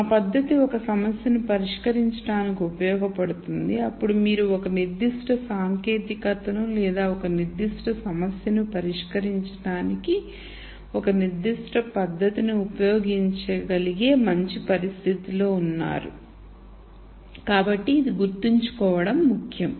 ఆ పద్ధతి ఒక సమస్యను పరిష్కరించడానికి ఉపయోగపడుతుంది అప్పుడు మీరు ఒక నిర్దిష్ట సాంకేతికతను లేదా ఒక నిర్దిష్ట సమస్యను పరిష్కరించడానికి ఒక నిర్దిష్ట పద్ధతిని ఉపయోగించగలిగే మంచి పరిస్థితిలో ఉన్నారు కాబట్టి ఇది గుర్తుంచుకోవడం ముఖ్యం